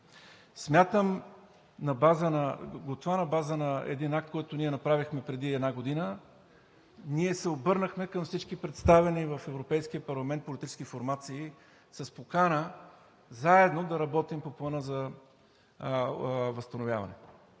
Смятам това на базата на един акт, който направихме преди една година – ние се обърнахме към всички представени в Европейския парламент политически формации с покана заедно да работим по Плана за възстановяване.